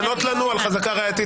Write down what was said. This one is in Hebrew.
הם מנסים לעשות פה כפפות של משי.